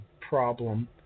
problem